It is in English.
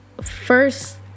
first